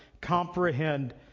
comprehend